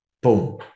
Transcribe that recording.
boom